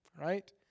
right